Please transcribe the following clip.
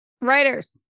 writers